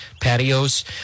patios